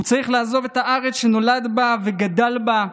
הוא צריך לעזוב את הארץ שהוא נולד בה וגדל בה,